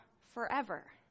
forever